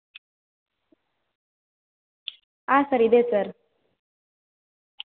ಹಾಂ ಸರ್ ಇದೆ ಸರ್